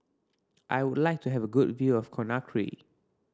I would like to have a good view of Conakry